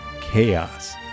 chaos